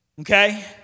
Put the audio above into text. Okay